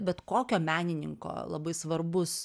bet kokio menininko labai svarbus